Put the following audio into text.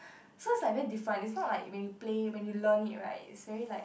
so it's like very different and it's not like you play learn it right it's very like